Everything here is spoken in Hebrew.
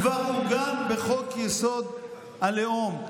כבר עוגן בחוק-יסוד: הלאום,